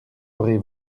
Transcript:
aurez